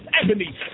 ebony